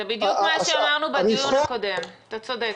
זה בדיוק מה שאמרנו בדיון הקודם, אתה צודק.